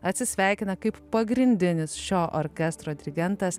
atsisveikina kaip pagrindinis šio orkestro dirigentas